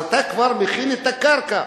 אז אתה כבר מכין את הקרקע.